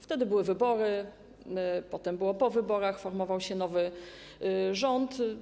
Wtedy były wybory, potem było po wyborach, formował się nowy rząd.